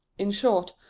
in short,